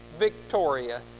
Victoria